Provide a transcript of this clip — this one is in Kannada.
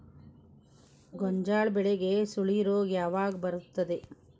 ಗೋಂಜಾಳ ಬೆಳೆಗೆ ಸುಳಿ ರೋಗ ಯಾವಾಗ ಬರುತ್ತದೆ?